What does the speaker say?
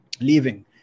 leaving